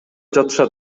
жатышат